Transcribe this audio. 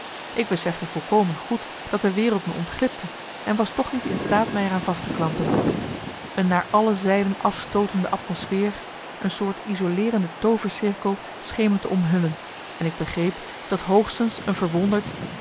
ik besefte volkomen goed dat de wereld me ontglipte en was toch niet in staat mij er aan vast te klampen een naar alle zijden afstootende atmosfeer een soort isoleerende toovercirkel scheen me te omhullen en ik begreep dat hoogstens een verwonderd